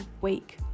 week